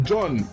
John